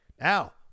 Now